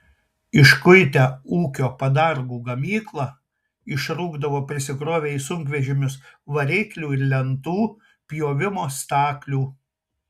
iškuitę ūkio padargų gamyklą išrūkdavo prisikrovę į sunkvežimius variklių ir lentų pjovimo staklių